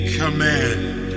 command